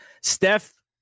Steph